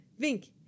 Vink